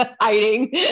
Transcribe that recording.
hiding